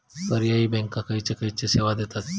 पर्यायी बँका खयचे खयचे सेवा देतत?